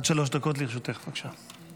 עד שלוש דקות לרשותך, בבקשה.